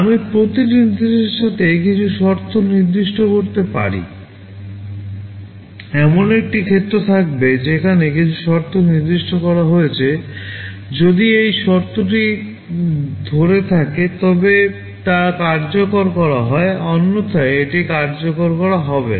আমি প্রতিটি নির্দেশের সাথে কিছু শর্ত নির্দিষ্ট করতে পারি এমন একটি ক্ষেত্র থাকবে যেখানে কিছু শর্ত নির্দিষ্ট করা হয়েছে যদি এই শর্তটি ধরে থাকে তবে তা কার্যকর করা হয় অন্যথায় এটি কার্যকর করা হয় না